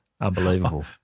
Unbelievable